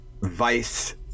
vice